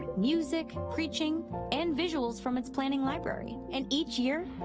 music, preaching and visuals from its planning library and each year,